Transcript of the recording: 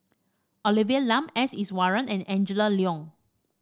Olivia Lum S Iswaran and Angela Liong